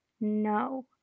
no